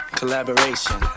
collaboration